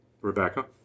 Rebecca